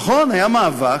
על קולנוע היה מאבק.